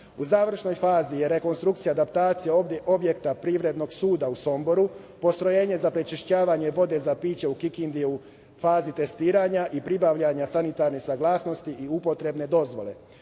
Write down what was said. završnoj fazi je rekonstrukcija i adaptacija objekta Privrednog suda u Somboru, Postrojenje za prečišćavanje vode za piće u Kikindi je u fazi testiranja i pribavljanja sanitarne saglasnosti i upotrebne dozvole.